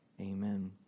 Amen